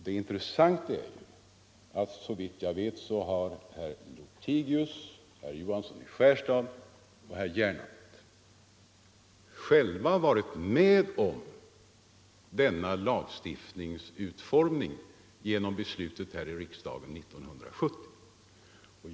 Det intressanta är, att såvitt varit med vid denna lagstiftnings utformning genom beslutet här i riks Måndagen den dagen 1970.